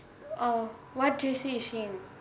oh what J_C is she in